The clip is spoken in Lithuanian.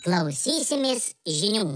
klausysimės žinių